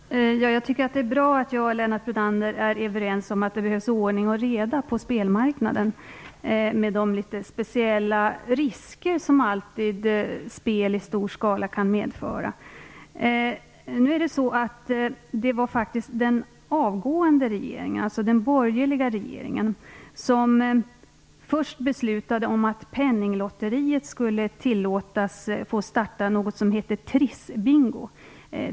Fru talman! Jag tycker att det är bra att Lennart Brunander och jag är överens om att det behövs ordning och reda på spelmarknaden, med de litet speciella risker som spel i stor skala alltid kan medföra. Det var faktiskt den avgående regeringen, dvs. den borgerliga regeringen, som först beslutade om att Penninglotteriet skulle få tillåtas starta något som hette Trissbingo.